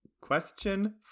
Question